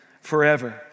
forever